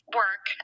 work